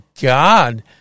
God